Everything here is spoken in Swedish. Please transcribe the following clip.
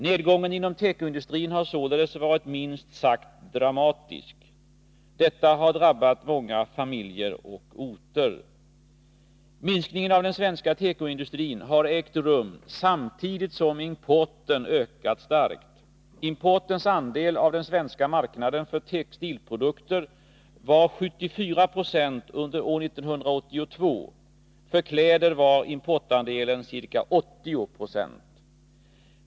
Nedgången inom tekoindustrin har således varit minst sagt dramatisk. Detta har drabbat många familjer och orter. Minskningen av den svenska tekoindustrin har ägt rum samtidigt som importen ökat starkt. Importens andel av den svenska marknaden för textilprodukter var 74 90 under år 1982. För kläder var importandelen ca 80 9.